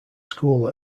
school